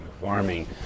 farming